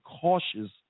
cautious